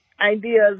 ideas